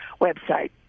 website